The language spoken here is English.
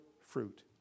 fruit